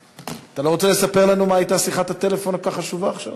רוצה לספר לנו מה הייתה שיחת הטלפון הכל-כך חשובה עכשיו?